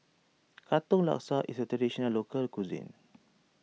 Katong Laksa is a Traditional Local Cuisine